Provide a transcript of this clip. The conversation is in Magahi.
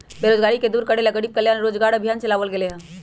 बेरोजगारी के दूर करे ला गरीब कल्याण रोजगार अभियान चलावल गेले है